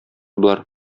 болар